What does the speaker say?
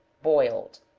boiled.